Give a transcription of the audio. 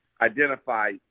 identify